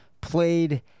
played